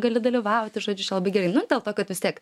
gali dalyvauti žodžiu čia labai gerai nu dėl to kad vis tiek